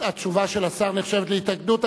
התשובה של השר נחשבת להתנגדות?